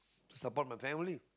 to support my family